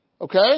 Okay